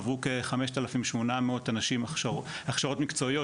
עברו כ-5,800 אנשים הכשרות מקצועיות,